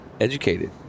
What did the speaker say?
educated